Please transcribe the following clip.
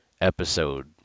episode